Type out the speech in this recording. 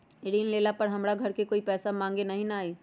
ऋण लेला पर हमरा घरे कोई पैसा मांगे नहीं न आई?